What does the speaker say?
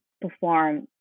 perform